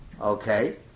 okay